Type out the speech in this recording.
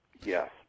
Yes